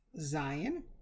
Zion